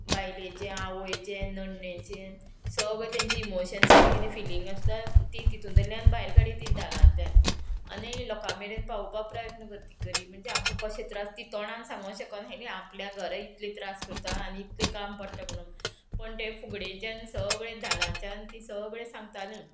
बायलेचे आवयचे नंडेचे सगळें तेंचे इमोशन्स पळय कितें फिलींग आसता ती तितूंतल्यान भायर काडली ती धालांतल्यान आनी लोकां मेरेन पावपा प्रयत्न कर ती करी म्हणजे आमकां कशें त्रास ती तोणान सांगूंक शकना हाली आपल्या घरां इतलें त्रास करता आनी इतलें काम पडटा म्हणून पण तें फुगड्याच्यान सगळें धालांच्यान तीं सगळें सांगतालीं